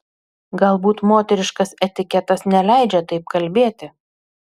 galbūt moteriškas etiketas neleidžia taip kalbėti